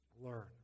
Learn